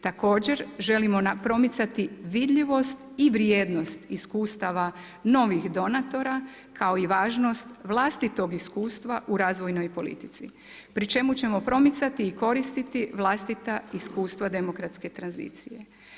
Također želimo promicati vidljivost i vrijednost iskustava novih donatora kao i važnost vlastitog iskustva u razvojnoj politici pri čemu ćemo promicati i koristiti vlastita iskustva demokratske tranzicije.